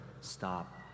stop